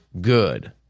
Good